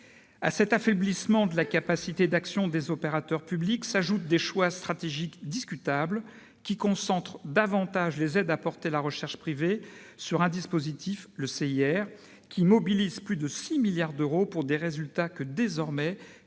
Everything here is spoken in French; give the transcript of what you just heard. À cet affaiblissement de la capacité d'action des opérateurs publics s'ajoutent des choix stratégiques discutables, qui concentrent davantage les aides apportées à la recherche privée sur un dispositif, le crédit d'impôt recherche, ou CIR, qui mobilise plus de 6 milliards d'euros, pour des résultats que, désormais,